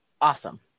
awesome